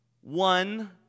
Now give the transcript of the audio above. One